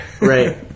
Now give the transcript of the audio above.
Right